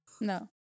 No